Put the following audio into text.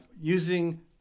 using